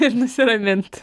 ir nusiramint